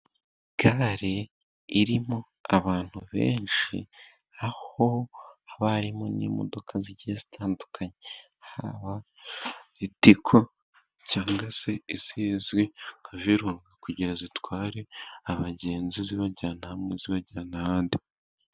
Gare irimo abantu benshi aho haba harimo n'imodoka zigiye zitandukanye haba litiko cyangwa se izizwi nka virunga kugira zitware abagenzi zibajyana hamwe zibajyana ahandi.